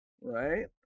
Right